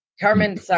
Carmen